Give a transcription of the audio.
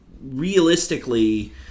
realistically